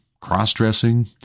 cross-dressing